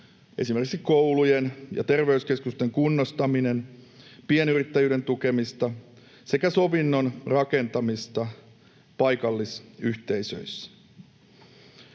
esimerkiksi koulujen ja terveyskeskusten kunnostaminen, pienyrittäjyyden tukemista sekä sovinnon rakentamista paikallisyhteisöissä.